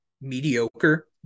mediocre